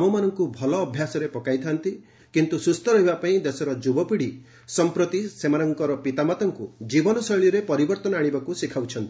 ଆମମାନଙ୍କୁ ଭଲ ଅଭ୍ୟାସରେ ପକାଇଥାନ୍ତି କିନ୍ତୁ ସୁସ୍ଥ ରହିବା ପାଇଁ ଦେଶର ଯୁବପୀଢ଼ି ସଂପ୍ରତି ସେମାନଙ୍କର ପିତାମାତାମାନଙ୍କୁ ଜୀବନଶୈଳୀରେ ପରିବର୍ଭନ ଆଶିବାକୁ ଶିଖାଉଛନ୍ତି